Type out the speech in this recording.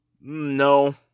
No